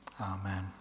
Amen